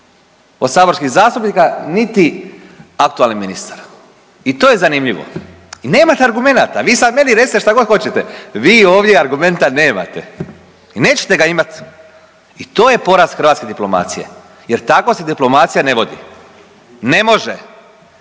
od saborskih zastupnika niti aktualni ministar. I to je zanimljivo i nemate argumenata, vi sad meni recite šta god hoćete. Vi ovdje argumenta nemate i nećete ga imati i to je poraz hrvatske diplomacije jer tako se diplomacija ne vodi. Ne može